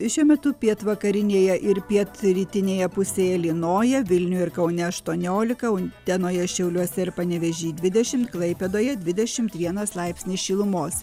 šiuo metu pietvakarinėje ir pietrytinėje pusėje lynoja vilniuj ir kaune aštuoniolika utenoje šiauliuose ir panevėžy dvidešimt klaipėdoje dvidešimt vienas laipsnis šilumos